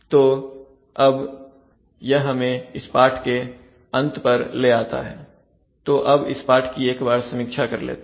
तो अब यह हमें इस पाठ के अंत पर ले आता है तो अब इस पाठ की एक बार समीक्षा कर लेते हैं